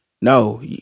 No